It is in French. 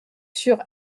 sur